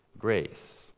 grace